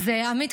עמית,